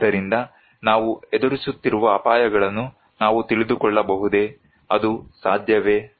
ಆದ್ದರಿಂದ ನಾವು ಎದುರಿಸುತ್ತಿರುವ ಅಪಾಯಗಳನ್ನು ನಾವು ತಿಳಿದುಕೊಳ್ಳಬಹುದೇ ಅದು ಸಾಧ್ಯವೇ